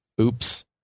Oops